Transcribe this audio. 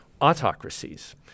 autocracies